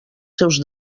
seus